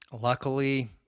luckily